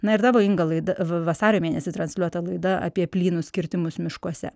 na ir tavo inga laida v v vasario mėnesį transliuota laida apie plynus kirtimus miškuose